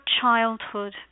childhood